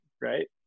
right